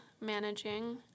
managing